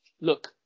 Look